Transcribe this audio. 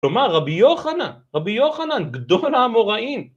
כלומר רבי יוחנן רבי יוחנן גדול לעם הוראים